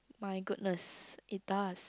my goodness it does